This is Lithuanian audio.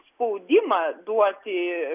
spaudimą duoti